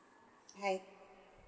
hi